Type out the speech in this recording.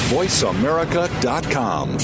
VoiceAmerica.com